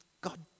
God